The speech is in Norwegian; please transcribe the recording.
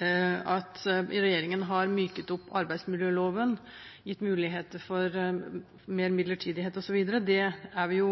at regjeringen har myket opp arbeidsmiljøloven og gitt muligheter for mer midlertidighet osv. Det er vi